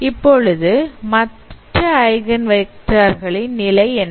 இப்பொழுது மற்ற eigen vector களின் நிலை என்ன